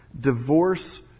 divorce